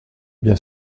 bien